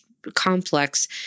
complex